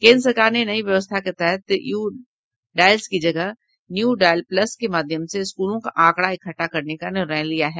केंद्र सरकार ने नई व्यवस्था के तहत यू डायस की जगह यू डायस प्लस के माध्यम से स्कूलों का आंकड़ा इकट्ठा करने का निर्णय लिया है